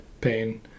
pain